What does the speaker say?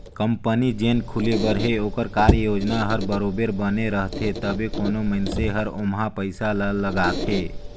company जेन खुले बर हे ओकर कारयोजना हर बरोबेर बने रहथे तबे कोनो मइनसे हर ओम्हां पइसा ल लगाथे